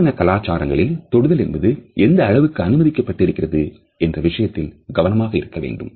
நிறுவன கலாச்சாரங்களில் தொடுதல் என்பது எந்த அளவுக்கு அனுமதிக்கப்பட்டிருக்கிறது என்ற விஷயத்தில் கவனமாக இருக்க வேண்டும்